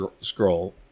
scroll